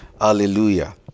Hallelujah